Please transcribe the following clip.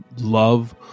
love